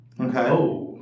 okay